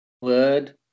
word